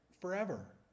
forever